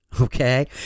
Okay